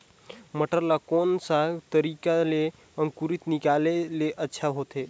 मटर ला कोन सा तरीका ले अंकुर निकाले ले अच्छा होथे?